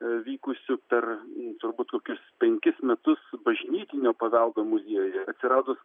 vykusių per turbūt kokius penkis metus bažnytinio paveldo muziejuj ir atsiradus